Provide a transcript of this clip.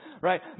right